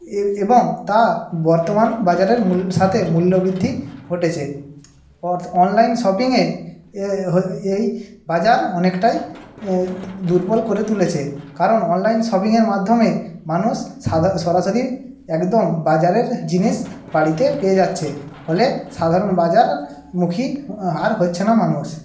এবং তা বর্তমান বাজারের সাথে মূল্যবৃদ্ধি ঘটেছে অনলাইন শপিংয়ে এই বাজার অনেকটাই দুর্বল করে তুলেছে কারণ অনলাইন শপিংয়ের মাধ্যমে মানুষ সরাসরি একদম বাজারের জিনিস বাড়িতে পেয়ে যাচ্ছে ফলে সাধারণ বাজারমুখী আর হচ্ছে না মানুষ